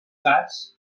cas